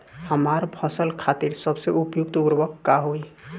हमार फसल खातिर सबसे उपयुक्त उर्वरक का होई?